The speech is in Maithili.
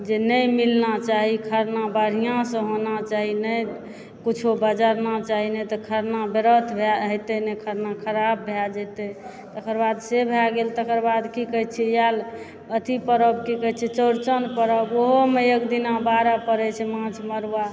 जे नहि मिलना चाही खरना बढ़िआँसँ होना चाही नहि किछु बजरना चाही नहि तऽ खरना व्रत हेतए नहि खरना खराब भए जेतए तकर बाद से भए गेल तकर बाद की कहए छै आएल अथी परव की कहए छै चौड़चन चौड़चन परब ओहोमे एक दिना बारऽ पड़ै छै माछ मड़ुआ